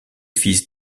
fils